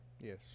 yes